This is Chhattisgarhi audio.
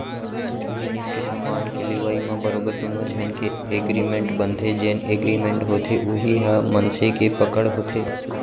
कुछु जिनिस के समान के लेवई म बरोबर दुनो झन के एगरिमेंट बनथे जेन एगरिमेंट होथे उही ह मनसे के पकड़ होथे